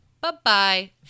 bye-bye